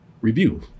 review